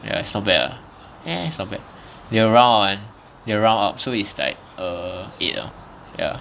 ya it's not bad lah eh it's not bad they will round up [one] they will round up so is like a A lah ya